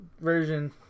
version